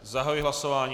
Zahajuji hlasování.